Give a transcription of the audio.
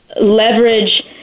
leverage